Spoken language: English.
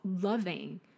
loving